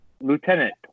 Lieutenant